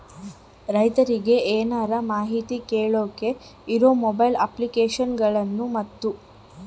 ರೈತರಿಗೆ ಏನರ ಮಾಹಿತಿ ಕೇಳೋಕೆ ಇರೋ ಮೊಬೈಲ್ ಅಪ್ಲಿಕೇಶನ್ ಗಳನ್ನು ಮತ್ತು?